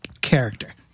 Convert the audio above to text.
character